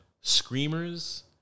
Screamers